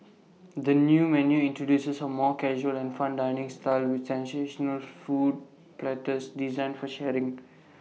the new menu introduces A more casual and fun dining style with sensational food platters designed for sharing